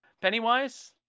Pennywise